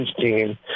team